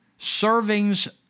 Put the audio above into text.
servings